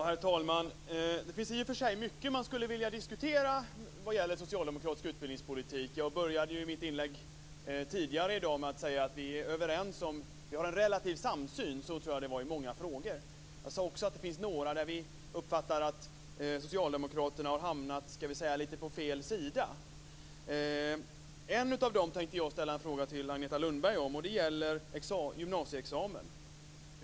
Herr talman! Det finns i och för sig mycket som jag skulle vilja diskutera när det gäller socialdemokratisk utbildningspolitik. Jag började ju mitt inlägg tidigare i dag med att säga att vi har en relativt stor samsyn i många frågor. Jag sade också att vi uppfattar att socialdemokraterna har hamnat lite på fel sida när det gäller några frågor. När det gäller en av dem tänker jag ställa en fråga till Agneta Lundberg. Det handlar om gymnasieexamen.